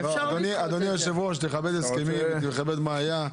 אדוני היושב-ראש, תכבד הסכמים, תכבד את מה שהיה.